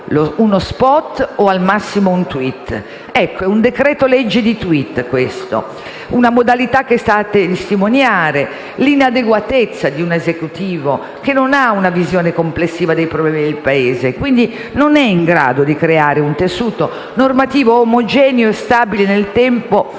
uno *spot* o al massimo un *tweet*. Ecco, quello in esame è un decreto-legge di *tweet*. Questa modalità sta a testimoniare l'inadeguatezza di un Esecutivo che non ha una visione complessiva dei problemi del Paese, quindi non è in grado di creare un tessuto normativo omogeneo e stabile nel tempo attraverso